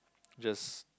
just